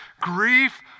grief